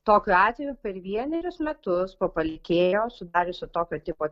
tokiu atveju per vienerius metus po palikėjo sudariusio tokio tipo